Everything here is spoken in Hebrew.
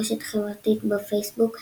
ברשת החברתית פייסבוק איקאה,